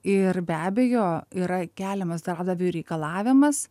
ir be abejo yra keliamas darbdaviui reikalavimas